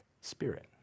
spirit